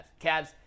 Cavs